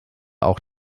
auch